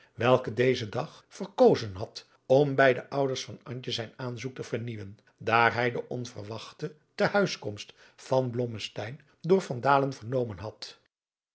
welke dezen dag verkozen had om bij de ouders van antje zijn aanzoek te vernieuwen daar hij de onverwachte te huiskomst van blommesteyn door van dalen vernomen had